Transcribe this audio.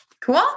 Cool